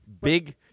big